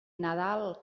nadal